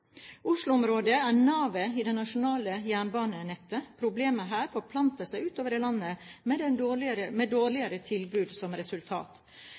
er navet i det internasjonale jernbanenettet. Problemer her forplanter seg utover i landet med et dårligere tilbud som resultat.